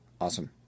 awesome